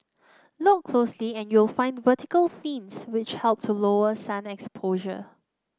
look closely and you'll find vertical fins which help to lower sun exposure